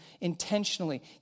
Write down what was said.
intentionally